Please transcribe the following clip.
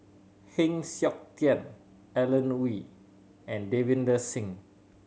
Heng Siok Tian Alan Oei and Davinder Singh